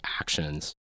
actions